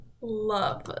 love